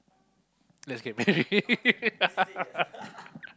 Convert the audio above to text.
let's get married